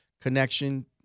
connection